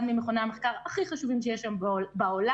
אחד ממכוני המחקר הכי חשובים שיש היום בעולם,